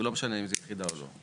ולא משנה אם היא יחידה או לא.